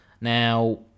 Now